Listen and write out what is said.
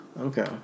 Okay